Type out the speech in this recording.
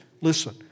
Listen